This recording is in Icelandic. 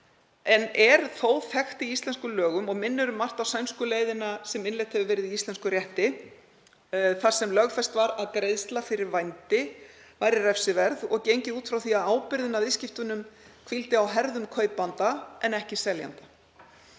en er þó þekkt í íslenskum lögum og minnir um margt á sænsku leiðina sem innleidd hefur verið í íslenskum rétti, þar sem lögfest var að greiðsla fyrir vændi væri refsiverð og gengið út frá því að ábyrgðin á viðskiptunum hvíldi á herðum kaupanda en ekki seljanda.